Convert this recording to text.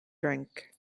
drink